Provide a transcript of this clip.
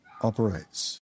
operates